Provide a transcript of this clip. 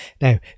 Now